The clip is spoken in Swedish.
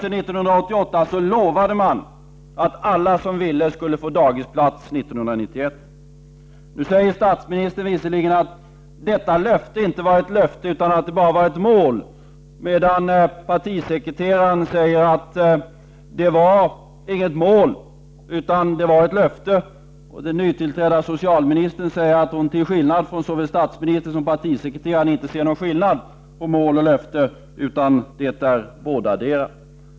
Nu säger statsministern visserligen att detta löfte inte var ett löfte utan bara ett mål, medan partisekreteraren säger att det inte var ett mål utan ett löfte, och den nytillträdda socialministern säger att hon till skillnad från såväl statsministern som partisekreteraren inte ser någon skillnad på mål och löfte, utan det är bådadera.